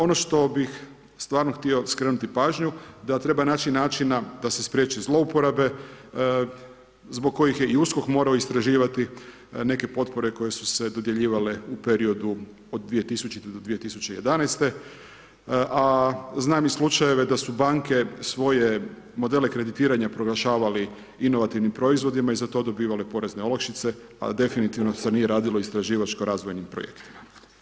Ono što bih stvarno htio skrenuti pažnju da treba naći načina da se spriječi zlouporabe zbog kojih je i USKOK morao istraživati neke potpore koje su se dodjeljivale u periodu od 2000. do 2011., a znam i slučajeve da su banke svoje modele kreditiranja proglašavali inovativnim proizvodima i za to dobivale porezne olakšice, a definitivno se nije radilo istraživačko razvojni projekti.